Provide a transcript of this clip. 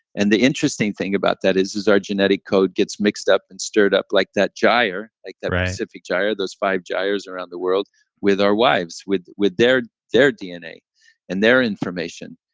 and the interesting thing about that is, is our genetic code gets mixed up and stirred up like that gyre, like that pacific gyre, those five gyres around the world with our wives, with with their their dna and their information.